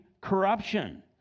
corruption